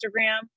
Instagram